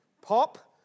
Pop